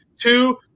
two